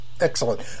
excellent